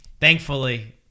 Thankfully